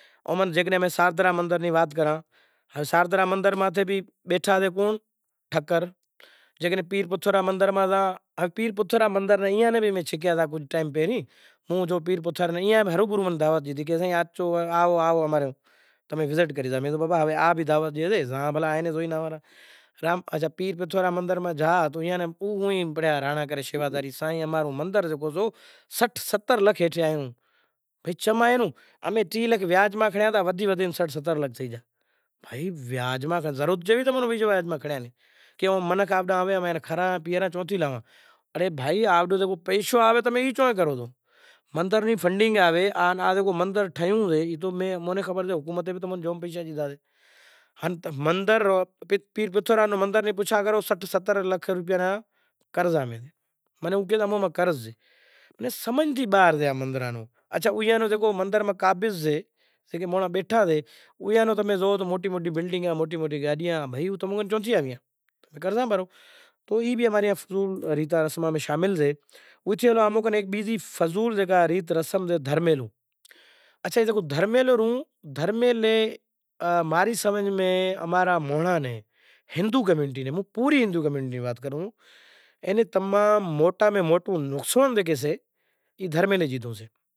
ای ورلڈ کپ کراہے پسے جیکو بھی جیتے وگیرا سئے جیکو بھی سئے کو ٹرافیوں وگیرا سے کوئی ای چیزوں کوئی ورلڈ کپ سے کوئی کرشنا ری مورتی سے ای وگیرا امیں انام میں آلا سیئاں ایوا نمونے تے بھیٹا زیکو بھی سے کریو زائسے پسے جیوو حال سے سیوا سیکری کری پسے ایئاں ناں پسے کرکیٹ بیگاں میں امیں شامل تھایاسیئاں ان کرکیٹ میں ای سے کہ امارے تقریبن ہزاریں مائنڑاں وڈیارا آوی سیں جیکو بھی امارو جیکو بھی سئے خرچ پانڑ ملی کراں سیئاں، چمکہ کرکیٹ ہیک شونق سئے شونق ای سے کہ ہر مانڑیں ای چائی سے کہ ام کرکیٹ رو شونق کراں، کرکیٹ مین رانت سئے ہر ملک میں مین رانت سے کرکیٹ زنڑے زنڑے رو شونق سئے